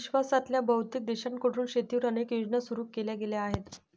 विश्वातल्या बहुतेक देशांकडून शेतीवर अनेक योजना सुरू केल्या गेल्या आहेत